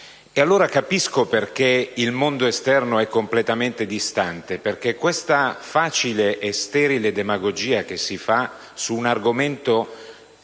allora perché il mondo esterno è completamente distante, di fronte alla facile e sterile demagogia che si fa su un argomento